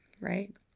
right